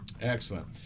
excellent